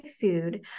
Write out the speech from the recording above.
food